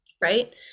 right